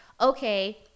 okay